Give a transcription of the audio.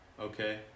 okay